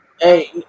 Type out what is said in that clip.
hey